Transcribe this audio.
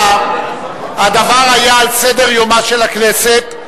הדבר היה על סדר-יומה של הכנסת,